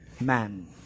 man